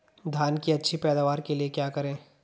धान की अच्छी पैदावार के लिए क्या करें?